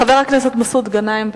חבר הכנסת מסעוד גנאים,